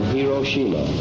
Hiroshima